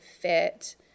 fit